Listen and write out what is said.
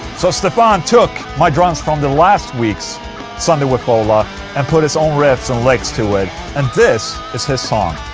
so stefan took my drums from the last week's sunday with ola and put his own riffs and licks onto it and this is his song